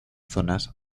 zonas